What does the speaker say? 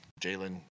Jalen